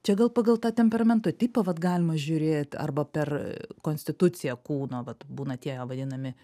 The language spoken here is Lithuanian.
čia gal pagal tą temperamento tipą vat galima žiūrėt arba per konstituciją kūno vat būna tie vadinami